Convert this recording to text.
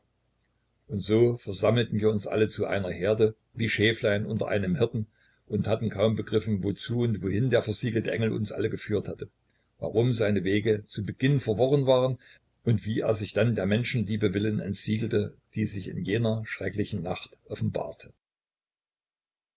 und so versammelten wir uns alle zu einer herde wie schäflein unter einem hirten und hatten kaum begriffen wozu und wohin der versiegelte engel uns alle geführt hatte warum seine wege zu beginn verworren waren und wie er sich dann der menschenliebe willen entsiegelte die sich in jener schrecklichen nacht offenbarte